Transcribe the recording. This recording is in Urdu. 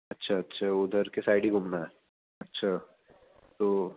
اچھا اچھا ادھر کے سائڈ ہی گھومنا ہے اچھا تو